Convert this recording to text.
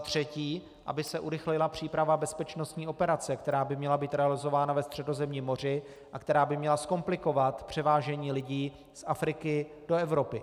3. aby se urychlila příprava bezpečnostní operace, která by měla být realizována ve Středozemním moři a která by měla zkomplikovat převážení lidí z Afriky do Evropy;